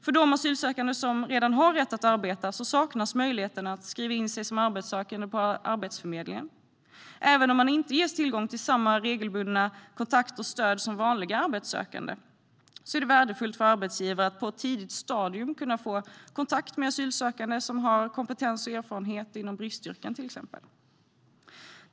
För de asylsökande som redan har rätt att arbeta saknas möjligheten att skriva in sig som arbetssökande på Arbetsförmedlingen. Även om man inte ges tillgång till samma regelbundna kontakt och stöd som vanliga arbetssökande är det värdefullt för arbetsgivare att på ett tidigt stadium kunna få kontakt med asylsökande som har kompetens och erfarenhet inom till exempel bristyrken.